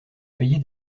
payer